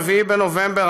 4 בנובמבר,